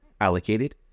allocated